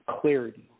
clarity